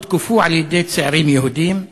הם הותקפו על-ידי צעירים יהודים.